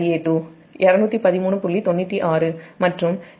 96 மற்றும் இது∟162